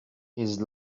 his